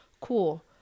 Cool